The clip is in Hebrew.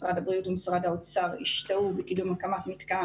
משרד הבריאות ומשרד האוצר השתהו בקידום הקמת מתקן